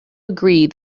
agree